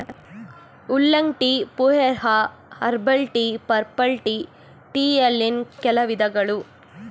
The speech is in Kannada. oolong tea, pu erh, herbal tea, purple tea ಟೀಯಲ್ಲಿನ್ ಕೆಲ ವಿಧಗಳು